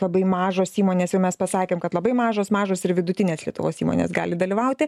labai mažos įmonės jau mes pasakėm kad labai mažos mažos ir vidutinės lietuvos įmonės gali dalyvauti